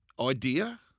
Idea